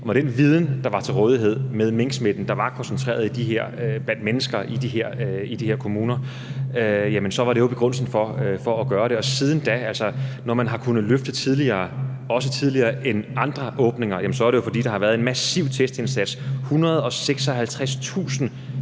Og med den viden, der var til rådighed, og med minksmitten, der var koncentreret blandt mennesker i de her kommuner, var det jo begrundelsen for at gøre det. Og altså, når man har kunnet åbne tidligere og også tidligere end andre åbninger, er det, fordi der har været en massiv testindsats – 156.182